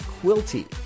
Quilty